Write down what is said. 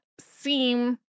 seem